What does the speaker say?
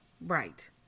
Right